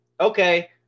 okay